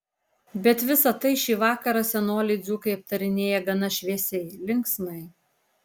bet visa tai šį vakarą senoliai dzūkai aptarinėja gana šviesiai linksmai